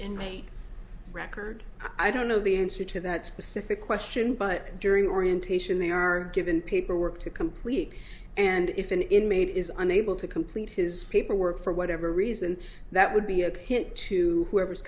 my record i don't know the answer to that specific question but during orientation they are given paperwork to complete and if an inmate is unable to complete his paperwork for whatever reason that would be a hint to whoever's